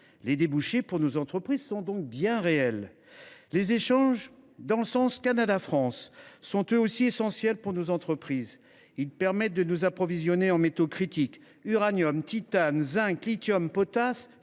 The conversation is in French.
Les débouchés pour nos entreprises sont donc bien réels. Les échanges depuis le Canada vers la France sont eux aussi essentiels pour nos entreprises. Ils nous permettent de nous approvisionner en métaux critiques – uranium, titane, zinc, lithium, potasse,